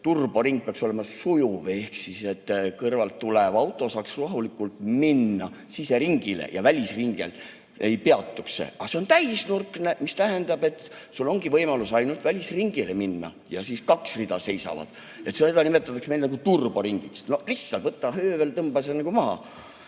Turboring peaks olema sujuv, et kõrvalt tulev auto saaks rahulikult minna siseringile ja välisringil ei peatuks, aga see on täisnurkne, mis tähendab, et sul ongi võimalus ainult välisringile minna ja siis kaks rida seisavad. Seda nimetatakse meil turboringiks. Lihtsalt võta höövel, tõmba see maha.